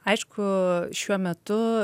aišku šiuo metu